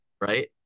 right